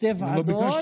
שתי ועדות, נו, לא ביקשת.